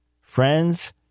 friends